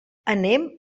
anem